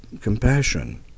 compassion